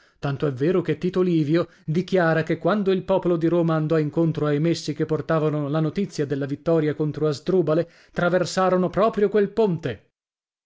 tanto è vero che tito livio dichiara che quando il popolo di roma andò incontro ai messi che portavano la notizia della vittoria contro asdrubale traversarono proprio quel ponte